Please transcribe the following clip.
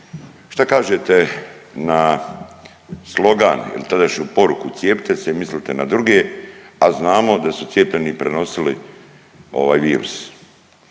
šta kažete na slogan ili tadašnju poruku „Cijepite se i mislite na duge“, al znamo da su cijepljeni prenosili ovaj virus,